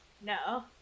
No